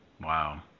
wow